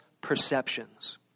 perceptions